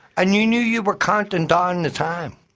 ah knew knew you were counting down the time,